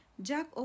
Jack